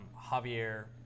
Javier